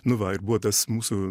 nu va ir buvo tas mūsų